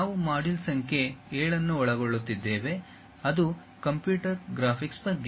ನಾವು ಮಾಡ್ಯೂಲ್ ಸಂಖ್ಯೆ 7 ಅನ್ನು ಒಳಗೊಳ್ಳುತ್ತಿದ್ದೇವೆ ಅದು ಕಂಪ್ಯೂಟರ್ ಗ್ರಾಫಿಕ್ಸ್ ಬಗ್ಗೆ